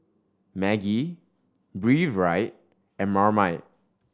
Maggi Breathe Right and Marmite